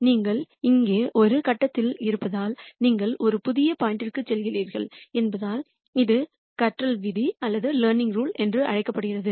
நீங்கள் இங்கே ஒரு கட்டத்தில் இருப்பதால் நீங்கள் ஒரு புதிய பாயிண்ட்க்குச் செல்கிறீர்கள் என்பதால் இது கற்றல் விதி என்று அழைக்கப்படுகிறது